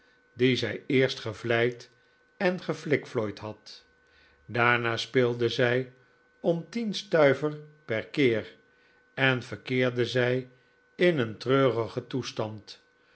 die zij eerst gevleid en geflikflooid had daarna speelde zij om tien stuiver per keer en verkeerde zij in een treurigen toestand